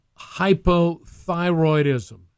hypothyroidism